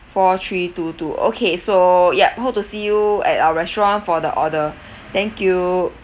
four three two two okay so yup hope to see you at our restaurant for the order thank you